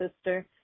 sister